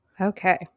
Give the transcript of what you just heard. Okay